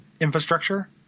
infrastructure